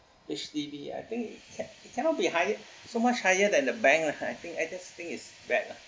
H_D_B I think can cannot be higher so much higher than the bank lah I think and this thing is bad lah